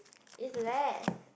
it's less